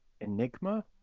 Enigma